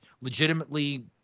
legitimately